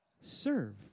serve